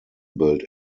built